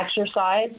exercise